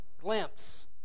glimpse